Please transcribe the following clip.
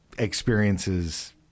experiences